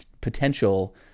potential